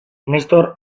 nestor